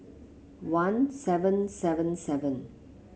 one seven seven seven